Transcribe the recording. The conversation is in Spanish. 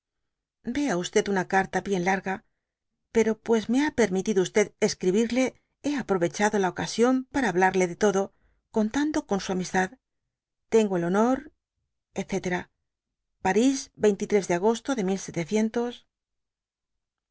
manifieste tea una carta bien larga pero pues me ha permitido escribirle hé aprovechado la ocasión para hablarle de todo contando con su amistad tengo el honor etc paris de agosto de dby